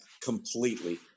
completely